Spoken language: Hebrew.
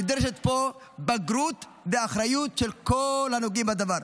נדרשת פה בגרות ואחריות של כל הנוגעים בדבר.